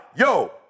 yo